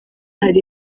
hari